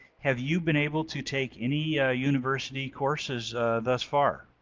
have you been able to take any ah university courses thus far?